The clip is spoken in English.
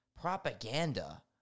propaganda